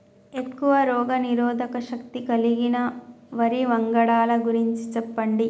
ఎక్కువ రోగనిరోధక శక్తి కలిగిన వరి వంగడాల గురించి చెప్పండి?